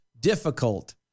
difficult